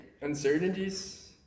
uncertainties